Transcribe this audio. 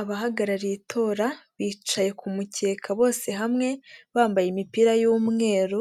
Abahagarariye itora bicaye ku mukeka bose hamwe bambaye imipira y'umweru,